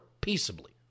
peaceably